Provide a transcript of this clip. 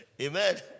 Amen